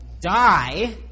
die